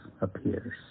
appears